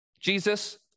Jesus